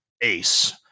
ace